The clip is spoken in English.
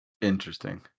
Interesting